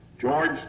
George